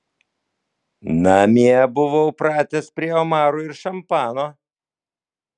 namie buvau pratęs prie omarų ir šampano